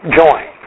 join